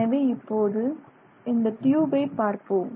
எனவே இப்போது இந்த டியூபை பார்ப்போம்